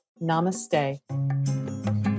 namaste